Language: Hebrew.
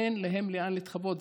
אין להם מקום להתחבא.